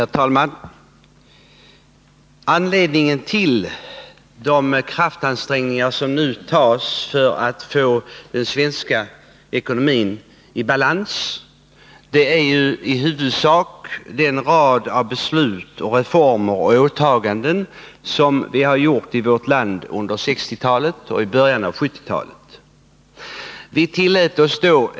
Herr talman! Anledningen till de kraftansträngningar som nu görs för att få den svenska ekonomin i balans är i huvudsak raden av beslut och reformer samt åtaganden från 1960-talet och början av 1970-talet.